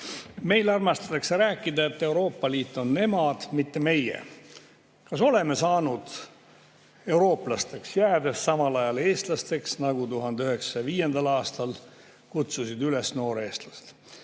Meil armastatakse rääkida, et Euroopa Liit on nemad, mitte meie. Kas oleme saanud eurooplasteks, jäädes samal ajal eestlasteks, nagu 1905. aastal kutsusid üles nooreestlased?